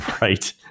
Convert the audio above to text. right